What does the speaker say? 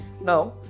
Now